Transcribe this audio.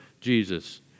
Jesus